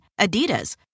Adidas